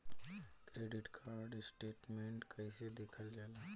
Credit card statement कइसे देखल जाला?